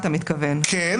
כן.